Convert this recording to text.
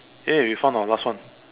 !yay! we found our last one